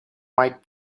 might